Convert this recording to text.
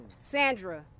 Sandra